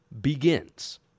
begins